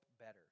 better